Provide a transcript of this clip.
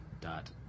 dot